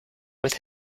with